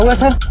ah sir,